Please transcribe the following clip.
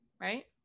right